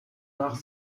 nach